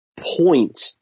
point